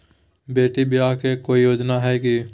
बेटी ब्याह ले कोई योजनमा हय की?